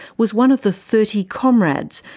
was one of the thirty comrades,